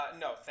No